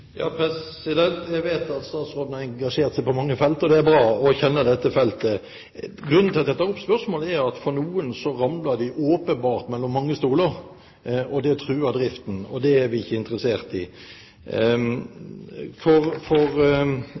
Jeg vet at statsråden har engasjert seg på mange felt – og det er bra – og kjenner dette feltet. Grunnen til at jeg tar opp spørsmålet, er at noen åpenbart ramler mellom mange stoler. Det truer driften, og det er vi ikke interessert i. For